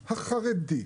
החרדי,